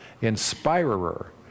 Inspirer